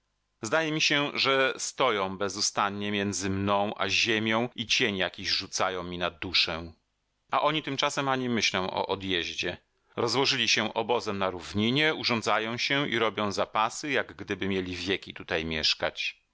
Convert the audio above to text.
zdaje mi się że stoją bezustannie między mną a ziemią i cień jakiś rzucają mi na duszę a oni tymczasem ani myślą o odjeździe rozłożyli się obozem na równinie urządzają się i robią zapasy jak gdyby mieli wieki tutaj mieszkać